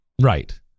Right